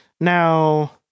Now